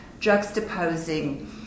juxtaposing